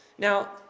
Now